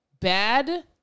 Bad